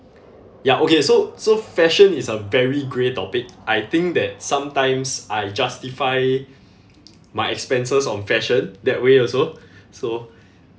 ya okay so so fashion is a very grey topic I think that sometimes I justify my expenses on fashion that way also so